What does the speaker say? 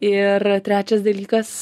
ir trečias dalykas